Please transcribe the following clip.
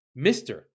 Mr